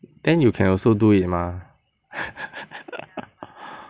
then you can also do it mah